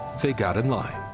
they got in line.